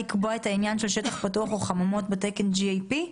את רוצה לקבוע את העניין של שטח פתוח או חממות בתקן GAP?